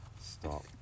stop